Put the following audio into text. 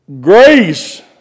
grace